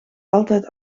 altijd